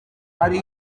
ari